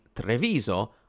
Treviso